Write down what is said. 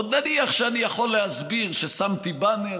עוד נניח שאני יכול להסביר ששמתי באנר,